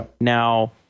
Now